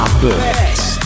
best